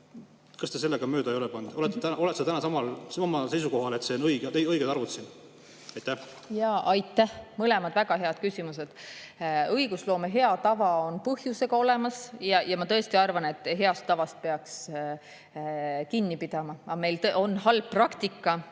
Kas te sellega mööda ei ole pannud? Kas olete täna samal seisukohal, et see on õige arvutus? Aitäh! Mõlemad on väga head küsimused. Õigusloome hea tava on põhjusega olemas ja ma tõesti arvan, et heast tavast peaks kinni pidama. Aga meil on halb praktika